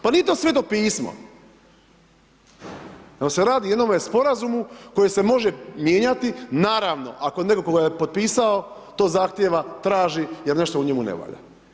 Pa nije to Sveto pismo, nego se radi o jednom Sporazumu koji se može mijenjati, naravno, ako netko ga je potpisao, to zahtjeva, traži jer nešto u njemu ne valja.